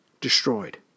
destroyed